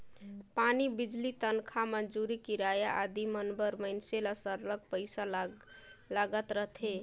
पानी, बिजली, तनखा, मंजूरी, किराया आदि मन बर मइनसे ल सरलग पइसा लागत रहथे